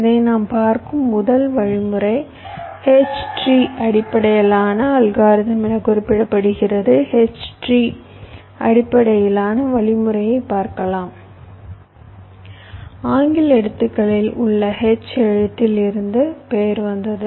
இதை நாம் பார்க்கும் முதல் வழிமுறை H ட்ரீ அடிப்படையிலான அல்காரிதம் என குறிப்பிடப்படுகிறது H ட்ரீ அடிப்படையிலான வழிமுறையைப் பார்க்கவும் ஆங்கில எழுத்துக்களில் உள்ள H எழுத்தில் இருந்து பெயர் வந்தது